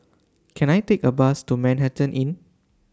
Can I Take A Bus to Manhattan Inn